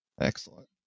Excellent